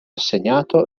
assegnato